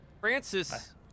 Francis